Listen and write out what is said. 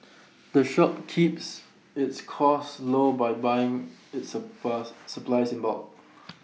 the shop keeps its costs low by buying its supply supplies in bulk